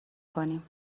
کنیم